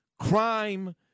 crime